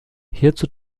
hierzu